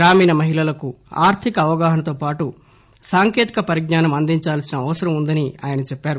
గ్రామీణ మహిళలకు ఆర్దిక అవగాహనతో పాటు సాంకేతిక పరిజ్ఞానం అందించాల్సిన అవసరం ఉందని చెప్పారు